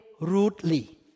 rudely